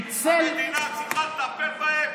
אני מנסה לתת לך תשובות.